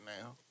now